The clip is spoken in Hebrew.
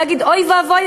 להגיד: אוי ואבוי,